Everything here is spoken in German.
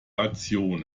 aktion